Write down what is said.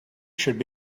should